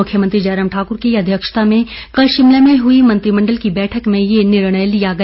मुख्यमंत्री जयराम ठाक्र की अध्यक्षता में कल शिमला में हुई मंत्रिमंडल की बैठक में ये निर्णय लिया गया